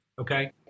Okay